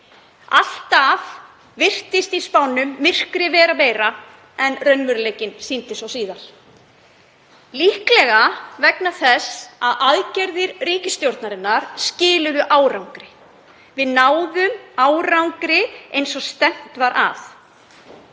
Alltaf virtist í spánum myrkrið vera meira en raunveruleikinn sýndi svo síðar, líklega vegna þess að aðgerðir ríkisstjórnarinnar skiluðu árangri. Við náðum árangri eins og stefnt var að.